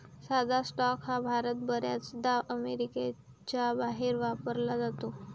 साधा स्टॉक हा शब्द बर्याचदा अमेरिकेच्या बाहेर वापरला जातो